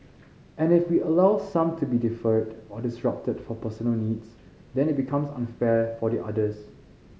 and if we allow some to be deferred or disrupted for personal needs then it becomes unfair for the others